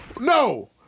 no